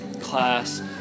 class